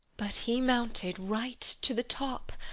but he mounted right to the top.